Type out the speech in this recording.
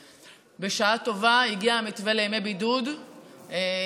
בשעה טובה הגיע המתווה לימי בידוד לשולחן.